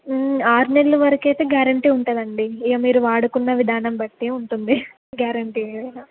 ఆరు నెలల వరకు అయితే గ్యారెంటీ ఉంటుంది అండి ఇక మీరు వాడుకున్న విధానం బట్టే ఉంటుంది గ్యారెంటీ ఏదైనా